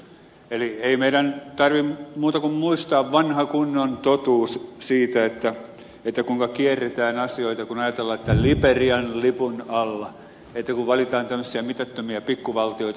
eli ei meidän tarvitse muuta kuin muistaa vanha kunnon totuus siitä kuinka kierretään asioita kun ajatellaan että liberian lipun alla kun valitaan tämmöisiä mitättömiä pikkuvaltioita